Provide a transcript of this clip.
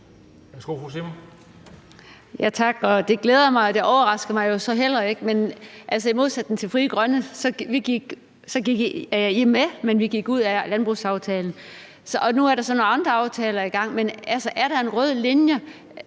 Tak. Det glæder mig. Det overrasker mig så heller ikke. Altså, i modsætning til Frie Grønne gik I med i, mens vi gik ud af landbrugsaftalen. Og nu er der så nogle andre aftaler i gang. Men er der er en rød linje?